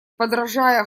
подражая